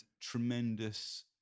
tremendous